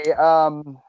Okay